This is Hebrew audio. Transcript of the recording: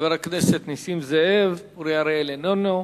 חבר הכנסת נסים זאב, חבר הכנסת אורי אריאל, איננו,